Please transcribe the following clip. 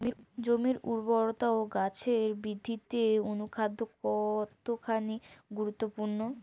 জমির উর্বরতা ও গাছের বৃদ্ধিতে অনুখাদ্য কতখানি গুরুত্বপূর্ণ?